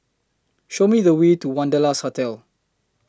Show Me The Way to Wanderlust Hotel